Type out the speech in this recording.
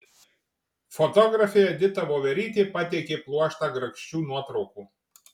fotografė edita voverytė pateikia pluoštą grakščių nuotraukų